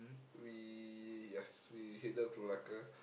we yes we head down to Malacca